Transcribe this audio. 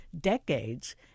decades